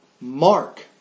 Mark